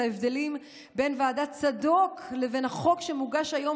ההבדלים בין ועדת צדוק לבין החוק שמוגש היום,